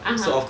(uh huh)